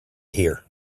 here